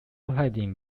hiding